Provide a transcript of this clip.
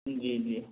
जी जी